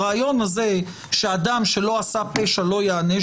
הרעיון הזה שאדם שלא עשה פשע לא ייענש